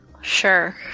Sure